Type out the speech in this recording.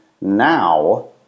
now